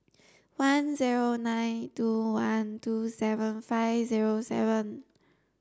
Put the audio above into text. one zero nine two one two seven five zero seven